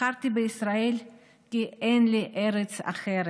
בחרתי בישראל כי אין לי ארץ אחרת.